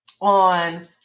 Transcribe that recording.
on